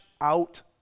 out